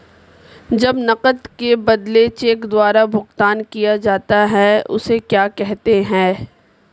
जब नकद के बदले चेक द्वारा भुगतान किया जाता हैं उसे क्या कहते है?